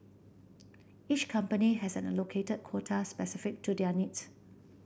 each company has an allocated quota specific to their needs